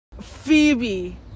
Phoebe